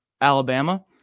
Alabama